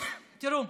תראו,